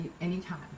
anytime